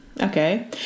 Okay